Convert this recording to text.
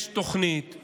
יש תוכנית,